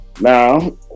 Now